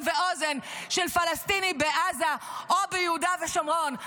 ואוזן של פלסטיני בעזה או ביהודה ושומרון.